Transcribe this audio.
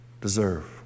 deserve